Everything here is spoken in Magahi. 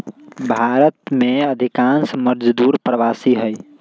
भारत में अधिकांश मजदूर प्रवासी हई